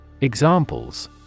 Examples